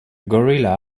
gorilla